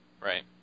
Right